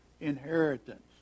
inheritance